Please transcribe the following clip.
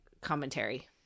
commentary